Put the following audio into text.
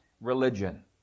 religion